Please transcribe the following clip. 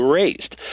raised